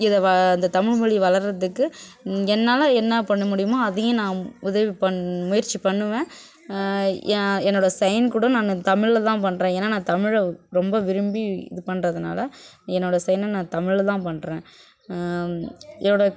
இதை வ இந்த தமிழ்மொழியை வளர்கிறதுக்கு என்னால் என்ன பண்ண முடியுமோ அதையும் நான் உதவி பண் முயற்சி பண்ணுவேன் என் என்னோட சைன் கூட நான் தமிழில் தான் பண்ணுறேன் ஏன்னால் தமிழை ரொம்ப விரும்பி இது பண்ணுறதுனால என்னோட சைனை நான் தமிழில் தான் பண்ணுறேன் என்னோட